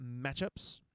matchups